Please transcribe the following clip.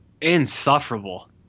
insufferable